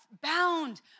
bound